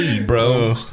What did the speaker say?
bro